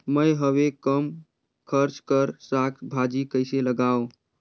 मैं हवे कम खर्च कर साग भाजी कइसे लगाव?